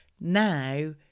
Now